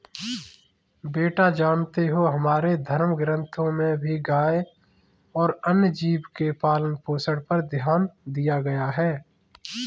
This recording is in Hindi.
बेटा जानते हो हमारे धर्म ग्रंथों में भी गाय और अन्य जीव के पालन पोषण पर ध्यान दिया गया है